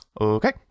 okay